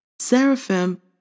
Seraphim